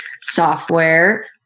software